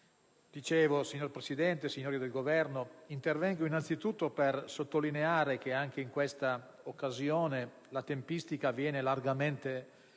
*(PD)*. Signor Presidente, signori del Governo, intervengo innanzitutto per sottolineare che anche in questa occasione la tempistica viene largamente